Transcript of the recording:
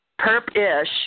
Perp-ish